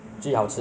不错 ah